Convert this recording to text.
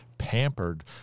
Pampered